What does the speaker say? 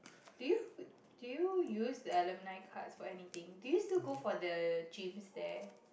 do you do you use the alumni cards for anything do you still go for the gyms there